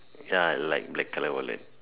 ya I like black colour wallet